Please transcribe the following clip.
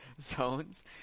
zones